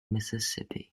mississippi